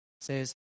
says